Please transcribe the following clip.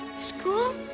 School